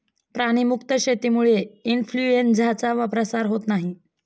प्राणी मुक्त शेतीमुळे इन्फ्लूएन्झाचा प्रसार होत नाही